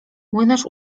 młynarz